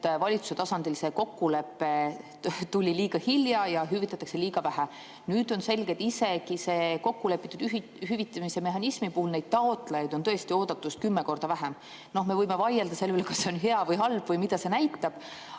valitsuse tasandil tuli kokkulepe liiga hilja ja hüvitatakse liiga vähe. Nüüd on selge, et isegi kokkulepitud hüvitamismehhanismi puhul on taotlejaid oodatust kümme korda vähem. Me võime vaielda selle üle, kas see on hea või halb või mida see näitab.